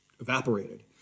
evaporated